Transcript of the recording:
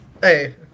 hey